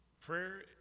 prayer